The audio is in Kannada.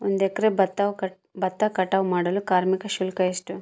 ಒಂದು ಎಕರೆ ಭತ್ತ ಕಟಾವ್ ಮಾಡಲು ಕಾರ್ಮಿಕ ಶುಲ್ಕ ಎಷ್ಟು?